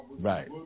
Right